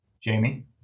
Jamie